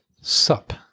Sup